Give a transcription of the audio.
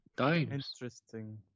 Interesting